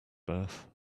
birth